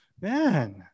man